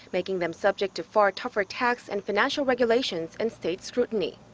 making them subject to far tougher tax and financial regulations. and state scrutiny.